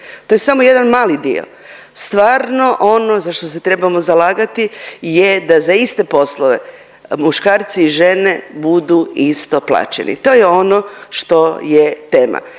to je samo jedan mali dio. Stvarno ono za što se trebamo zalagati je da za iste poslove muškarci i žene budu isto plaćeni, to je ono što je tema.